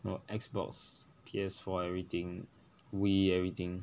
you know X_B_O_X P_S four everything WII everything